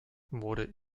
wurde